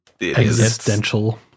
existential